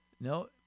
no